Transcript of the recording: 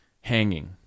hanging